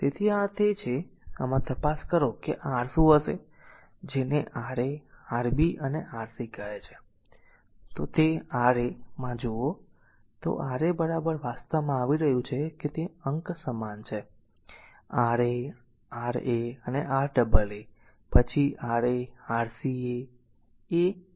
તેથી આ છે જો આમાં તપાસ કરો કે r શું હશે જેને R Ra Rb અને Rc કહે છે જો તે Ra માં જુઓ તો Ra વાસ્તવમાં તે આવી રહ્યું છે કે અંક સમાન છે એ R a R a અને r a a એ પછી R a Rc a એ એ